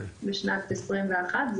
ב-2021,